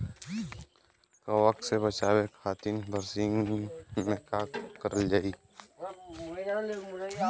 कवक से बचावे खातिन बरसीन मे का करल जाई?